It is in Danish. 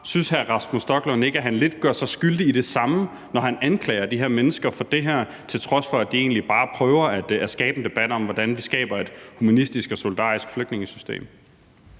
Synes hr. Rasmus Stoklund ikke, at han lidt gør sig skyldig i det samme, når han anklager de mennesker for det her, til trods for at de egentlig bare prøver at skabe en debat om, hvordan vi skaber et humanistisk og solidarisk flygtningesystem?